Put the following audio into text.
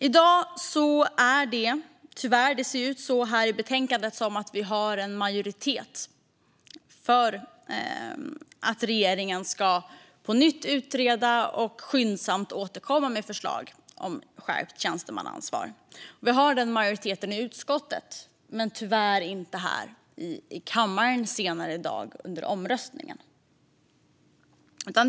I betänkandet ser det ut som om vi har en majoritet för att regeringen på nytt ska utreda frågan om skärpt tjänstemannaansvar och skyndsamt återkomma med förslag. Vi har den majoriteten i utskottet, men tyvärr inte här i kammaren under omröstningen senare i dag.